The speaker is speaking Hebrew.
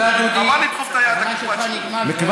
לדחוף את היד לקופה הציבורית.